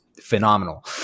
phenomenal